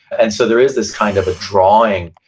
and so there is this kind of a drawing,